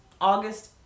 August